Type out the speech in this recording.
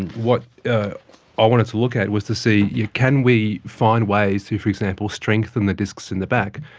and what i wanted to look at was to see yeah can we find ways to, for example, strengthen the discs discs in the back.